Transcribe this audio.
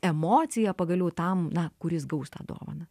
emocija pagaliau tam na kuris gaus tą dovaną